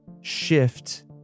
shift